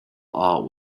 art